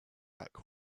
back